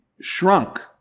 shrunk